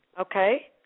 Okay